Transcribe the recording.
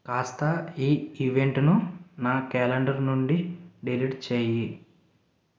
కాస్త ఈ ఈవెంట్ను నా క్యాలెండర్ నుండి డెలీట్ చేయి